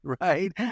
Right